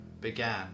began